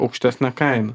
aukštesnę kainą